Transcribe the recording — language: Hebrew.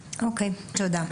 תודה.